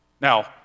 Now